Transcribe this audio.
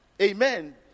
Amen